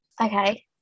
okay